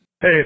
Hey